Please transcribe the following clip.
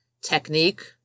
technique